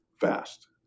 fast